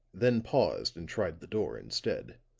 then paused and tried the door instead.